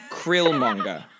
Krillmonger